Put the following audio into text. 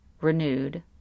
renewed